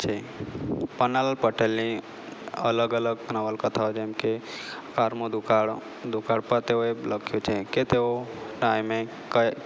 છે પન્નાલાલ પટેલની અલગ અલગ નવલકથાઓ જેમકે કારમો દુકાળો દુકાળ પર તેઓએ લખ્યું છે કે તેઓ ટાઈમે કઈ